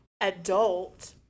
adult